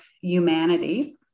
humanity